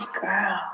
girl